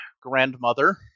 grandmother